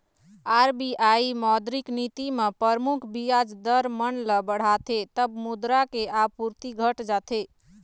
RBI मौद्रिक नीति म परमुख बियाज दर मन ल बढ़ाथे तब मुद्रा के आपूरति घट जाथे